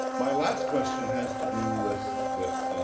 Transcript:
my last question has to do with with